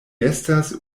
estas